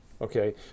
Okay